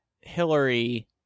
Hillary